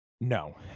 No